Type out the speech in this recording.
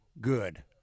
good